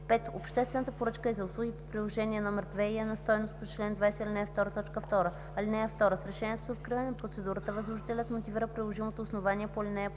5. обществената поръчка е за услуги по Приложение № 2 и е на стойност по чл. 20, ал. 2, т. 2. (2) С решението за откриване на процедурата възложителят мотивира приложимото основание по ал.